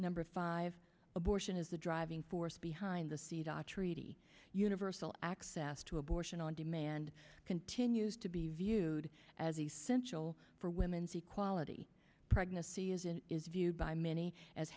number five abortion is the driving force behind the seat treaty universal access to abortion on demand continues to be viewed as essential for women's equality pregnancy as it is viewed by many as